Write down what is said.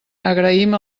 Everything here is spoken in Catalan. agraïm